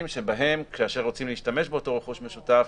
שבהם כאשר רוצים להשתמש באותו רכוש משותף,